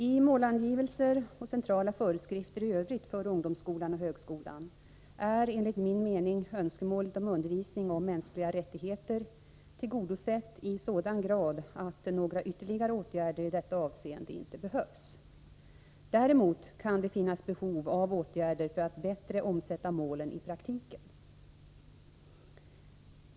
I målangivelser och centrala föreskrifter i övrigt för ungdomsskolan och högskolan är enligt min mening önskemål om undervisning om mänskliga rättigheter tillgodosett i sådan grad att några ytterligare åtgärder i detta avseende inte behövs. Däremot kan det finnas behov av åtgärder för att bättre omsätta målen i praktiken.